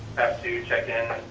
have to check in